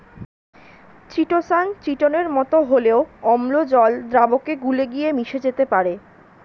chitosan চিটোনের মতো হলেও অম্ল জল দ্রাবকে গুলে গিয়ে মিশে যেতে পারে